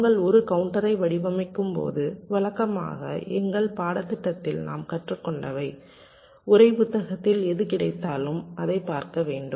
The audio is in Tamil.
நாங்கள் ஒரு கவுண்டரை வடிவமைக்கும்போது வழக்கமாக எங்கள் பாடத்திட்டத்தில் நாம் கற்றுக்கொண்டவை உரை புத்தகத்தில் எது கிடைத்தாலும் அதைப் பார்க்க வேண்டும்